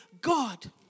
God